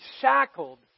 shackled